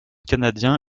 canadien